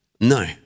No